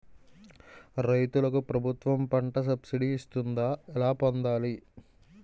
రైతులకు ప్రభుత్వం పంట సబ్సిడీ ఇస్తుందా? ఎలా పొందాలి?